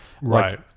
Right